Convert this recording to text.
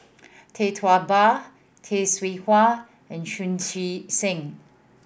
Tee Tua Ba Tay Seow Huah and Chu Chee Seng